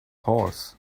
horse